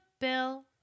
Bill